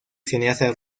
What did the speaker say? cineasta